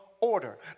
order